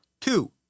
two